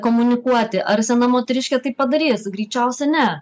komunikuoti ar sena moteriškė tai padarys greičiausia ne